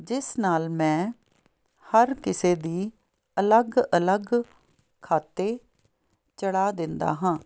ਜਿਸ ਨਾਲ ਮੈਂ ਹਰ ਕਿਸੇ ਦੀ ਅਲੱਗ ਅਲੱਗ ਖਾਤੇ ਚੜ੍ਹਾ ਦਿੰਦਾ ਹਾਂ